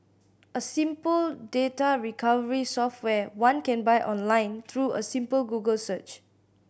a simple data recovery software one can buy online through a simple Google search